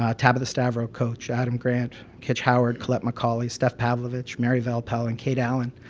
ah taba destavro coach, adam grant, hitch howard, collette maccauley, steph pavlovich, mary velpal and kate alan.